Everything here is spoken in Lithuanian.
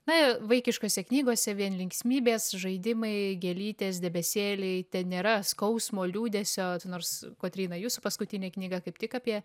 na vaikiškose knygose vien linksmybės žaidimai gėlytės debesėliai ten nėra skausmo liūdesio nors kotryna jūsų paskutinė knyga kaip tik apie